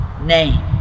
name